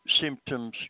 symptoms